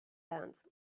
ants